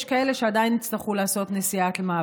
יש כאלה שעדיין יצטרכו לעשות נסיעת מעבר.